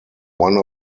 one